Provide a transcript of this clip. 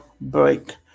break